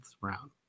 round